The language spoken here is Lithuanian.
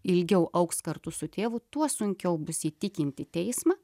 ilgiau augs kartu su tėvu tuo sunkiau bus įtikinti teismą